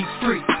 free